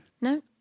No